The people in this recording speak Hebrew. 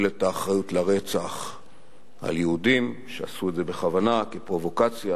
את האחריות לרצח על יהודים שעשו את זה בכוונה כפרובוקציה,